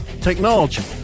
technology